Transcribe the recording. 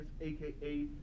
aka